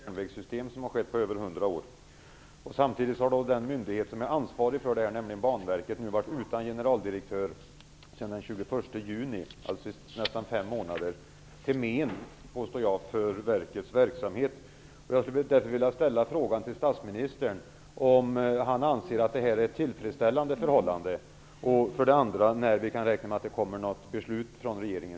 Fru talman! Vi genomför nu i Sverige den kraftigaste satsningen på nybyggnad och utbyggnad av järnvägssystemet som skett på över hundra år. Samtidigt har den myndighet som är ansvarig för detta, nämligen Banverket, nu varit utan generaldirektör sedan den 21 juni, alltså i nästan fem månader, till men, påstår jag, för verkets verksamhet. Jag vill fråga statsministern för det första om han anser att det här är ett tillfredsställande förhållande och för det andra när vi kan räkna med att det kommer ett beslut från regeringen.